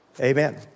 Amen